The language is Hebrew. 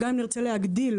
גם אם נרצה להגדיל,